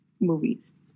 movies